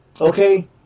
Okay